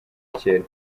kera